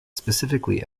specifically